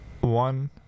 one